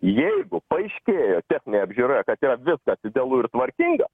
jeigu paaiškėjo techninė apžiūra kad yra viskas idealu ir tvarkinga